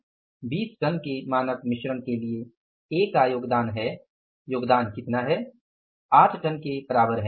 20 ton के मानक मिश्रण के लिए ए का योगदान है योगदान कितना है 8 टन के बराबर है